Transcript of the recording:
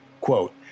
Quote